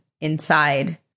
inside